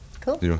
Cool